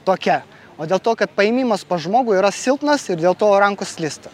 tokia o dėl to kad paėmimas pas žmogų yra silpnas ir dėl to rankos slysta